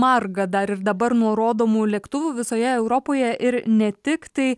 marga dar ir dabar nurodomų lėktuvų visoje europoje ir ne tiktai